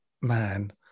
man